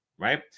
right